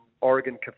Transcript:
Oregon